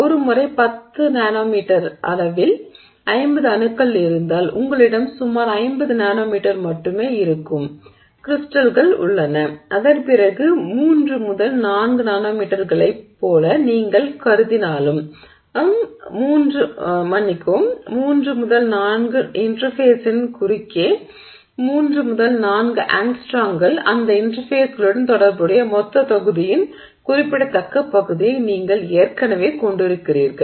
ஒரு முறை 10 நானோமீட்டர் அளவில் 50 அணுக்கள் இருந்தால் உங்களிடம் சுமார் 50 நானோமீட்டர் மட்டுமே இருக்கும் கிரிஸ்டல்கள் உள்ளன அதன்பிறகு 3 4 நானோமீட்டர்களைப் போல நீங்கள் கருதினாலும் மன்னிக்கவும் 3 4 இன்டெர்ஃபேஸின் குறுக்கே 3 4 ஆங்ஸ்ட்ரோம்கள் அந்த இன்டெர்ஃபேஸ்களுடன் தொடர்புடைய மொத்த தொகுதியின் குறிப்பிடத்தக்க பகுதியை நீங்கள் ஏற்கனவே கொண்டிருக்கிறீர்கள்